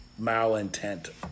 malintent